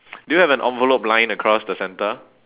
do you have an envelope line across the centre